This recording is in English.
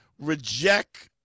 reject